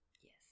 Yes